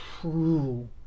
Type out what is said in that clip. true